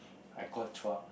I call Chua